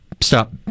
stop